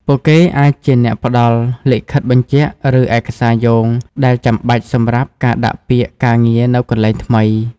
ពួកគេអាចជាអ្នកផ្តល់ លិខិតបញ្ជាក់ ឬឯកសារយោង ដែលចាំបាច់សម្រាប់ការដាក់ពាក្យការងារនៅកន្លែងថ្មី។